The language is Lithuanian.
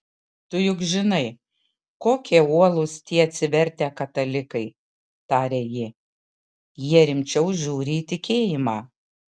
tu juk žinai kokie uolūs tie atsivertę katalikai tarė ji jie rimčiau žiūri į tikėjimą